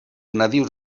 nadius